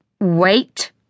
Wait